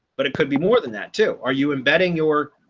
but it could be more than that to are you embedding your